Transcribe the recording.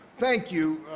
thank you,